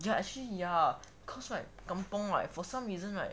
ya actually ya cause like kampung like for some reason right